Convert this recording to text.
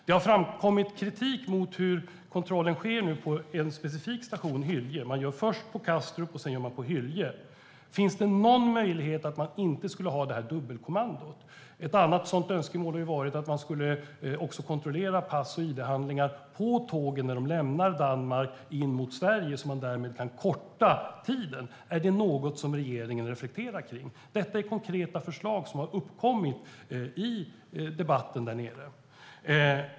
Det har framkommit kritik mot hur kontrollen sker på en specifik station: Hyllie. Man gör det först på Kastrup. Sedan gör man det på Hyllie station. Finns det någon möjlighet att inte ha det dubbelkommandot? Ett annat önskemål har varit att man skulle kontrollera pass och id-handlingar på tågen när de lämnar Danmark och är på väg mot Sverige, så att tiden därmed kan kortas. Är det något som regeringen reflekterar kring? Detta är konkreta förslag som har uppkommit i debatten där nere.